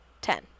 ten